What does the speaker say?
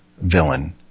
villain